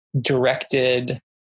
directed